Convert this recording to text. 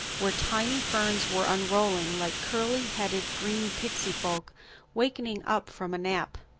where tiny ferns were unrolling like curly-headed green pixy folk wakening up from a nap.